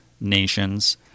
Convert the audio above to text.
nations—